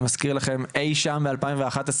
אני מזכיר לכם שאי שם בשנת 2011,